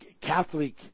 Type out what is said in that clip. Catholic